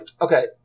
okay